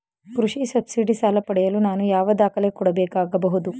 ಕೃಷಿ ಸಬ್ಸಿಡಿ ಸಾಲ ಪಡೆಯಲು ನಾನು ಯಾವ ದಾಖಲೆ ಕೊಡಬೇಕಾಗಬಹುದು?